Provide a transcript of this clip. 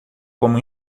como